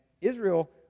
Israel